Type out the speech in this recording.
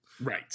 right